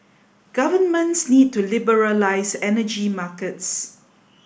governments need to liberalise energy markets